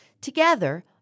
Together